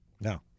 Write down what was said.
No